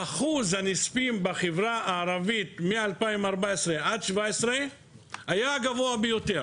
שאחוז הנספים בחברה הערבית מ-2014 עד 2017 היה הגבוה ביותר.